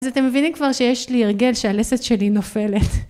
אז אתם מבינים כבר שיש לי הרגל שהלסת שלי נופלת.